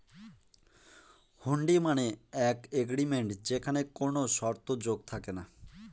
হুন্ডি মানে এক এগ্রিমেন্ট যেখানে কোনো শর্ত যোগ থাকে না